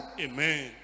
Amen